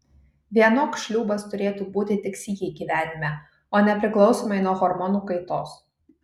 vienok šliūbas turėtų būti tik sykį gyvenime o ne priklausomai nuo hormonų kaitos